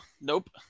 nope